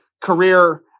career